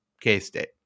K-State